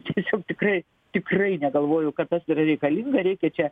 tiesiog tikrai tikrai negalvoju kad tas yra reikalinga reikia čia